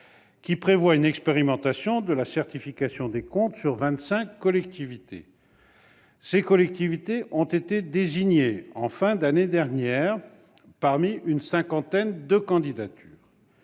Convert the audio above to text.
qui comporte une expérimentation de la certification des comptes sur 25 collectivités. Celles-ci ont été désignées en fin d'année dernière, parmi une cinquantaine de candidatures.